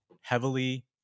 heavily